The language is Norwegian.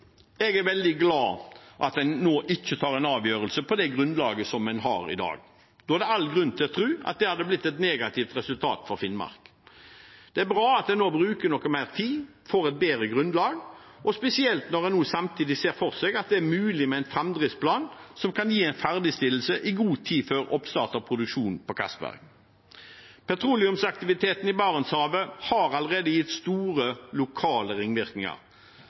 Jeg er veldig glad for at en ikke tar en avgjørelse nå på det grunnlaget som en har i dag. Da er det all grunn til å tro at det hadde blitt et negativt resultat for Finnmark. Det er bra at en nå bruker noe mer tid, får et bedre grunnlag, spesielt når en nå samtidig ser for seg at det er mulig med en framdriftsplan som kan gi en ferdigstillelse i god tid før oppstart av produksjon på Johan Castberg-feltet. Petroleumsaktiviteten i Barentshavet har allerede gitt store lokale ringvirkninger.